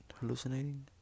Hallucinating